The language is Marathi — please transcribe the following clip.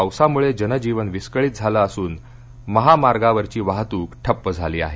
पावसामुळे जनजीवन विस्कळीत झाल असून महामार्गावरची वाहतूक ठप्प झाली आहे